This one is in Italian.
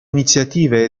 iniziative